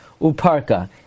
Uparka